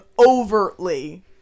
overtly